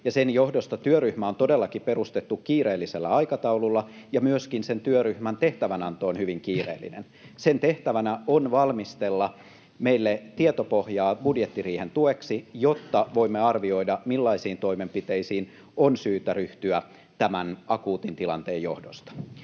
sen johdosta työryhmä on todellakin perustettu kiireellisellä aikataululla ja myöskin sen työryhmän tehtävänanto on hyvin kiireellinen. Sen tehtävänä on valmistella meille tietopohjaa budjettiriihen tueksi, jotta voimme arvioida, millaisiin toimenpiteisiin on syytä ryhtyä tämän akuutin tilanteen johdosta.